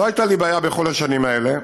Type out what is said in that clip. לא הייתה לי בעיה בכל השנים האלה,